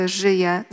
żyje